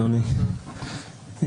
אדוני,